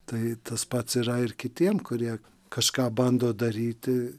tai tas pats yra ir kitiem kurie kažką bando daryti